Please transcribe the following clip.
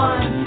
One